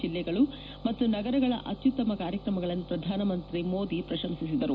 ಜಿಲ್ಲೆಗಳು ಮತ್ತು ನಗರಗಳ ಅತ್ಯುತ್ತಮ ಕಾರ್ಯಕ್ರಮಗಳನ್ನು ಪ್ರಧಾನಮಂತ್ರಿ ಮೋದಿ ಪ್ರಶಂಸಿಸಿದರು